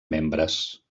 membres